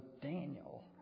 Daniel